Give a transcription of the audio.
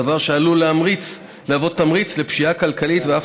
דבר שעלול להוות תמריץ לפשיעה כלכלית ואף